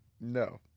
No